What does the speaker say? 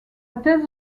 thèse